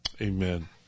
Amen